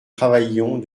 travaillions